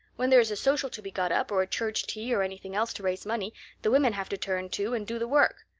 when there is a social to be got up or a church tea or anything else to raise money the women have to turn to and do the work.